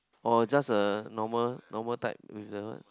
or just a normal normal type with that one